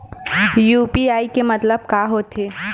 UPI के मतलब का होथे?